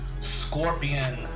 Scorpion